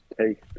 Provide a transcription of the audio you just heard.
take